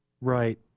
Right